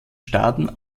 staaten